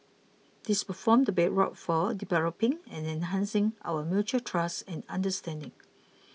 this will form the bedrock for developing and enhancing our mutual trust and understanding